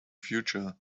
future